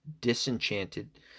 disenchanted